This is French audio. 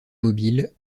mobiles